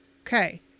Okay